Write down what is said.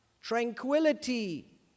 tranquility